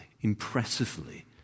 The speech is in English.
impressively